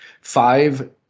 five